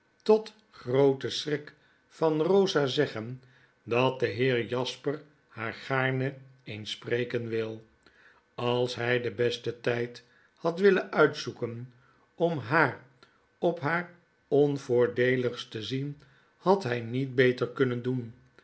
tot grooten schrik van rosa zeggen dat de heer jasper haar gaarne eens spreken wil als hy den besten tjjd had willen uitzoeken om haar op haar onvoordeeligst te zien had hij niet beter kunnen doen